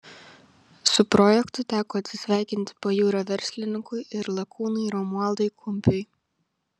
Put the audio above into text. su projektu teko atsisveikinti pajūrio verslininkui ir lakūnui romualdui kumpiui